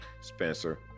Spencer